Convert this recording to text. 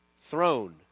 Throne